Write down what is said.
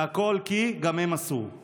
והכול 'כי גם הוא הם עשו'";